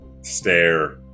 stare